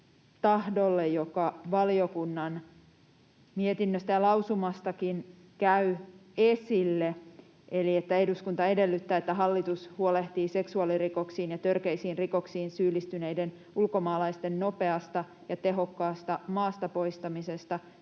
joka valiokunnan mietinnöstä ja lausumastakin käy esille: ”Eduskunta edellyttää, että hallitus huolehtii seksuaalirikoksiin ja törkeisiin rikoksiin syyllistyneiden ulkomaalaisten nopeasta ja tehokkaasta maasta poistamisesta